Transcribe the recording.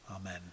Amen